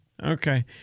Okay